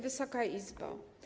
Wysoka Izbo!